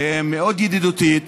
מאוד ידידותית,